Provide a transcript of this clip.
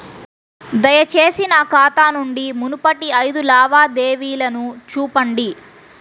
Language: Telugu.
దయచేసి నా ఖాతా నుండి మునుపటి ఐదు లావాదేవీలను చూపండి